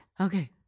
okay